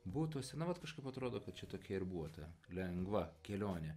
butuose na vat kažkaip atrodo kad čia tokia ir buvo ta lengva kelionė